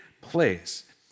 place